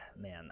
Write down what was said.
Man